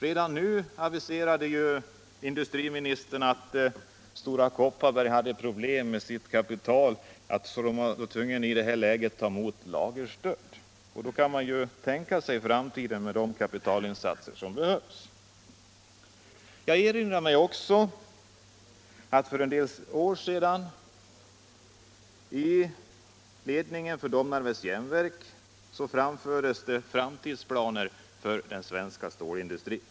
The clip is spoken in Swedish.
Redan i dag aviserade industriministern att Stora Kopparberg hade problem med sitt kapital och måste ta emot lagerstöd. Då kan man ju tänka sig framtiden med de kapitalinsatser som behövs. Jag erinrar mig också att för en del år sedan presenterade den dåvarande ledningen för Domnarvet framtidsplaner för den svenska stålindustrin.